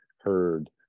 heard